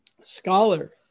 scholar